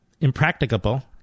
impracticable